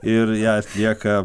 ir ją atlieka